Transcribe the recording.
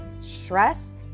Stress